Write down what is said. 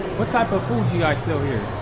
what type of food you guys sell here?